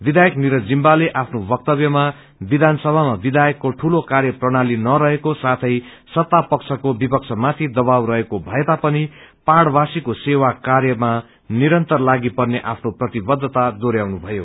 विधायक निरज जिम्बाले आफ्नो वक्तव्यामा विधान सभामा विधायकको दूलो कार्यप्रणाली नरहेको साथै सत्ता पक्षको विपक्ष माथि दवाब रहेको भएता पनि पहाड़वासीको सेवा कार्यमा निरन्तर लागि पने आफ्नो प्रतिबद्धता दोहोरयाउनु भयो